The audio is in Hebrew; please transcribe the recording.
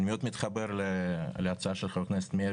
אני מאוד מתחבר להצעה של חבר הכנסת מאיר